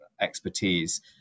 expertise